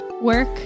work